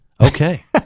Okay